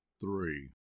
three